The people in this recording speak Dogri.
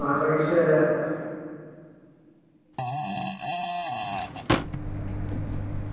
सारा किश ऐ